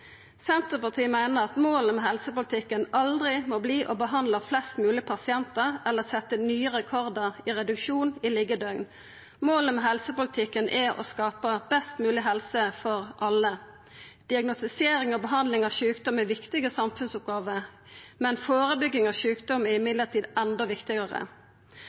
Senterpartiet meiner at målet med helsepolitikken aldri må verta å behandla flest mogleg pasientar eller setja nye rekordar i reduksjon i liggjedøgn. Målet med helsepolitikken er å skapa best mogleg helse for alle. Diagnostisering og behandling av sjukdom er viktige samfunnsoppgåver, men førebygging av sjukdom er enda viktigare.